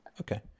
Okay